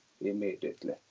immediately